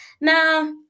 Now